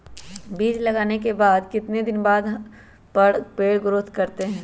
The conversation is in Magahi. बीज लगाने के बाद कितने दिन बाद पर पेड़ ग्रोथ करते हैं?